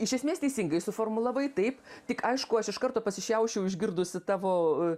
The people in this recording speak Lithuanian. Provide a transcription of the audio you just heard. iš esmės teisingai suformulavai taip tik aišku aš iš karto pasišiaušiau išgirdusi tavo